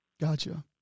Gotcha